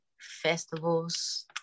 festivals